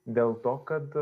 dėl to kad